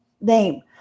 name